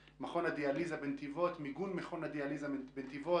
מיגון מכון הדיאליזה בנתיבות.